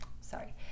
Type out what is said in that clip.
Sorry